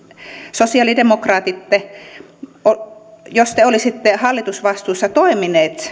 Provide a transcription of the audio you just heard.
sosiaalidemokraatit olisitte hallitusvastuussa toimineet